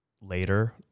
later